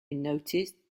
noted